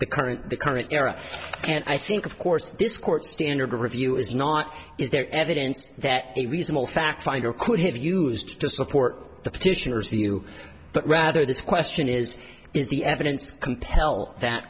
the current the current era and i think of course this court standard review is not is there evidence that the reasonable fact finder could have used to support the petitioners knew but rather the question is is the evidence compel that